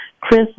Chris